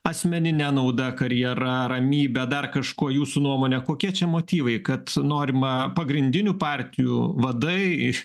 asmenine nauda karjera ramybe dar kažkuo jūsų nuomone kokie čia motyvai kad norima pagrindinių partijų vadai